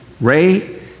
Ray